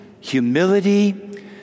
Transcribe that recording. humility